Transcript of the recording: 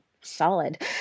solid